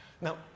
Now